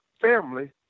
family